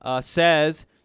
says